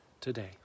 today